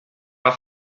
alla